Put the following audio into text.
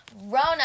Rona